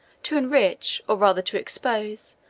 to enrich, or rather to expose,